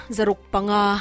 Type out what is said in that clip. Zarukpanga